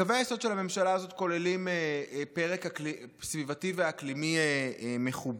קווי היסוד של הממשלה הזאת כוללים פרק סביבתי ואקלימי מכובד.